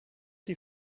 die